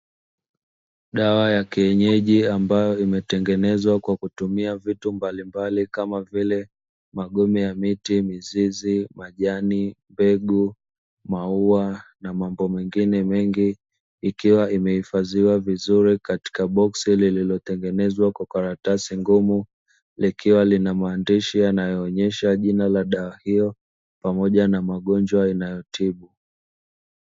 Dawa ya kienyeji ambayo imetengenezwa kwa kutumia vitu mbalimbali kama vile: magome ya miti, mizizi, majani, mbegu, maua na mambo mengine mengi; ikiwa imehifadhiwa vizuri katika boksi lililotengenezwa kwa karatasi ngumu, likiwa lina maandishi yanayoonyesha jina la dawa hiyo pamoja na magonjwa inayotibu.